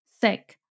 sick